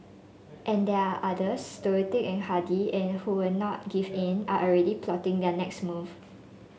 and there are others stoic and hardy and who will not give in are already plotting their next move